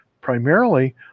primarily